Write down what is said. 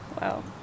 Wow